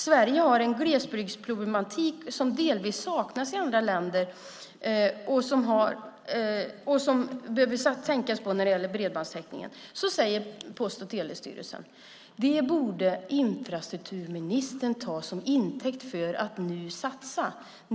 Sverige har en glesbygdsproblematik som delvis saknas i andra länder, och den behöver man tänka på när det gäller bredbandstäckningen. Så säger Post och telestyrelsen. Det borde infrastrukturministern ta som intäkt för att satsa.